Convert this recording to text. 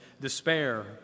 despair